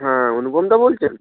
হ্যাঁ অনুপমদা বলছেন